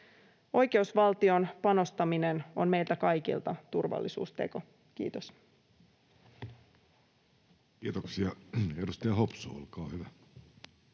Oikeusvaltioon panostaminen on meiltä kaikilta turvallisuusteko. — Kiitos. Kiitoksia. — Edustaja Hopsu, olkaa hyvä.